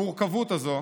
המורכבות הזאת,